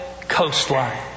coastline